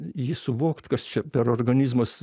jį suvokt kas čia per organizmas